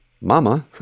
Mama